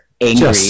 angry